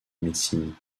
médecine